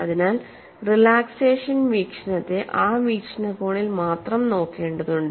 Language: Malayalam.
അതിനാൽ റിലാക്സേഷൻ വീക്ഷണത്തെ ആ വീക്ഷണകോണിൽ മാത്രം നോക്കേണ്ടതുണ്ട്